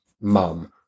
Mum